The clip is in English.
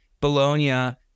Bologna